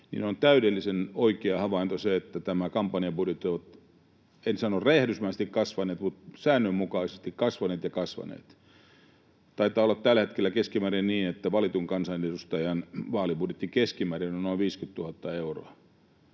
on täydellisen oikea havainto se, että nämä kampanjabudjetit ovat kasvaneet, en sano räjähdysmäisesti, mutta ovat säännönmukaisesti kasvaneet ja kasvaneet. Taitaa olla tällä hetkellä niin, että valitun kansanedustajan vaalibudjetti on keskimäärin noin 50 000 euroa.